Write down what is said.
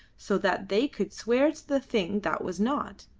so that they could swear to the thing that was not,